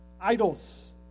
Idols